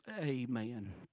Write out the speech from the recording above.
amen